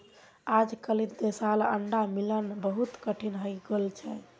अजकालित देसला अंडा मिलना बहुत कठिन हइ गेल छ